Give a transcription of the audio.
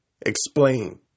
explain